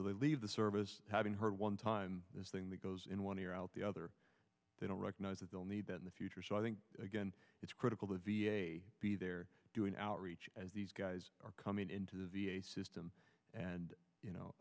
so they leave the service having heard one time this thing that goes in one ear out the other they don't recognize that they'll need that in the future so i think again it's critical the v a be there doing outreach as these guys are coming into the v a system and you know